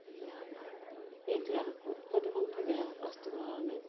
সেইটোৱে আৰু প্ৰদূষণটো বেয়া হয় প্লাষ্টিকৰ কাৰণে